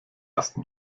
ersten